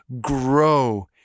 grow